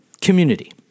community